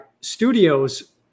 studios